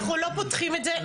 אנחנו לא פותחים את זה.